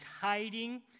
hiding